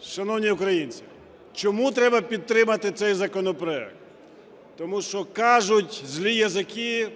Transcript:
Шановні українці, чому треба підтримати цей законопроект? Тому що кажуть злі язики,